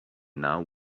now